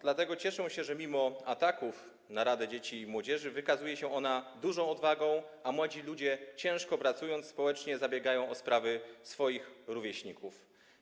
Dlatego cieszę się, że mimo ataków na Radę Dzieci i Młodzieży wykazuje się ona dużą odwagą, a młodzi ludzie, ciężko pracując społecznie, zabiegają o sprawy swoich rówieśników.